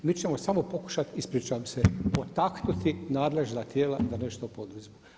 Mi ćemo samo pokušati ispričavam se potaknuti nadležna tijela da nešto poduzmu.